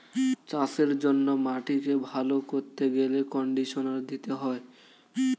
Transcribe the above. চাষের জন্য মাটিকে ভালো করতে গেলে কন্ডিশনার দিতে হয়